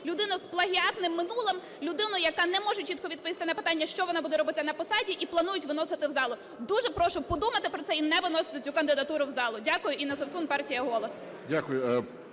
людину з плагіатним минулим, людину, яка не може чітко відповісти на питання, що вона буде робити на посаді, і планують виносити в залу. Дуже прошу подумати про це і не виносити цю кандидатуру в залу. Дякую. Інна Совсун, партія "Голос".